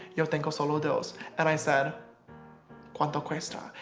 yo tengo solo dos and i said cuanto cuesta?